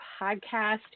podcast